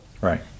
right